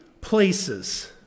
places